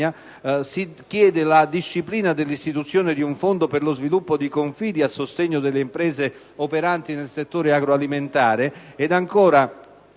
montagna; la disciplina dell'istituzione di un fondo per lo sviluppo dei Confidi a sostegno delle imprese operanti nel settore agroalimentare ed ancora